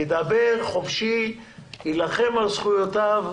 הוא ידבר חופשי, ילחם על זכויותיו.